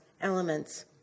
elements